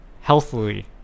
healthily